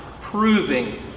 proving